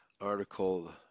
Article